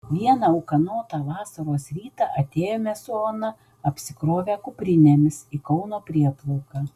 vieną ūkanotą vasaros rytą atėjome su ona apsikrovę kuprinėmis į kauno prieplauką